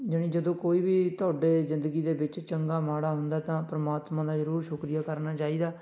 ਜਾਣੀ ਜਦੋਂ ਕੋਈ ਵੀ ਤੁਹਾਡੇ ਜ਼ਿੰਦਗੀ ਦੇ ਵਿੱਚ ਚੰਗਾ ਮਾੜਾ ਹੁੰਦਾ ਤਾਂ ਪਰਮਾਤਮਾ ਦਾ ਜ਼ਰੂਰ ਸ਼ੁਕਰੀਆ ਕਰਨਾ ਚਾਹੀਦਾ